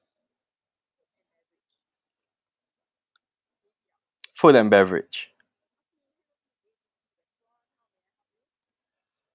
food and beverage